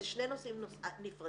זה שני נושאים נפרדים.